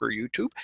YouTube